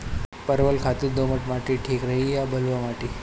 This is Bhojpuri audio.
परवल खातिर दोमट माटी ठीक रही कि बलुआ माटी?